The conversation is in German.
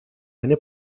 eine